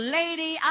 lady